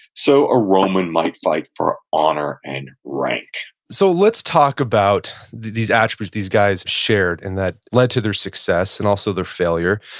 so a roman might fight for honor and rank so let's talk about these attributes these guys shared, and that led to their success, and also their failure.